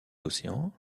océans